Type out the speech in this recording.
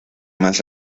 más